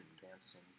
dancing